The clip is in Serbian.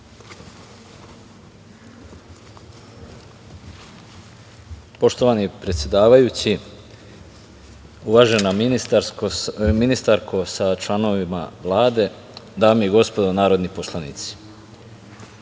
Poštovani predsedavajući, uvažena ministarko sa članovima Vlade, dame i gospodo narodni poslanici,